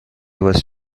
was